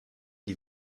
die